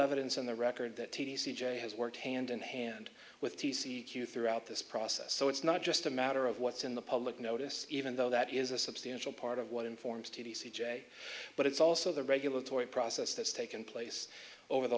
evidence on the record that t c g has worked hand in hand with t c q throughout this process so it's not just a matter of what's in the public notice even though that is a substantial part of what informs t v c j but it's also the regulatory process that's taken place over the